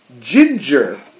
Ginger